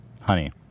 Honey